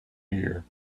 here